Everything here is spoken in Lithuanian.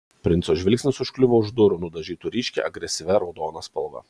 princo žvilgsnis užkliuvo už durų nudažytų ryškia agresyvia raudona spalva